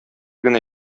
генә